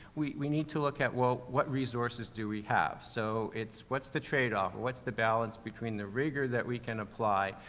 we, we need to look at, well, what resources do we have? so it's what's the trade off? what's the balance between the rigour that we can apply,